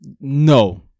No